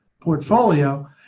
portfolio